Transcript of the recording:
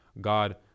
God